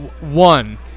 One